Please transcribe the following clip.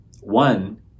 One